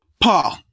Paul